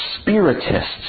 spiritists